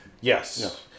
Yes